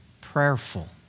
prayerful